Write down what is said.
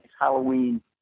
Halloween